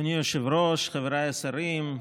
אדוני היושב-ראש, חבריי השרים,